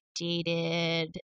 dated